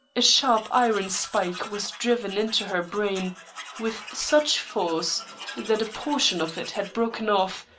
a sharp iron spike was driven into her brain with such force that a portion of it had broken off,